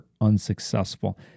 unsuccessful